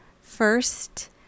first